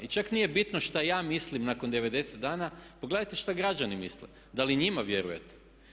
I čak nije bitno šta ja mislim nakon 90 dana, pogledajte šta građani misle, da li i njima vjerujete?